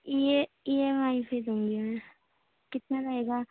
E A E M I سے دوں گی میں کتنا لگے گا